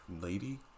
lady